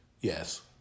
Yes